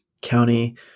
county